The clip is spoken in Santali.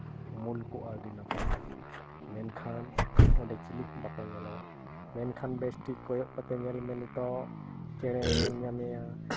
ᱩᱢᱩᱞ ᱠᱚᱜᱼᱟ ᱟᱹᱰᱤ ᱱᱟᱯᱟᱭ ᱢᱮᱱᱠᱷᱟᱱ ᱚᱸᱰᱮ ᱪᱤᱞᱤ ᱦᱚᱸ ᱵᱟᱠᱚ ᱧᱮᱞᱚᱜ ᱢᱮᱱᱠᱷᱟᱱ ᱵᱮᱥᱴᱷᱤᱠ ᱠᱚᱭᱚᱜ ᱠᱟᱛᱮᱫ ᱧᱮᱞ ᱢᱮ ᱱᱤᱛᱚᱜ ᱪᱮᱬᱮᱢ ᱧᱮᱞ ᱧᱟᱢᱮᱭᱟ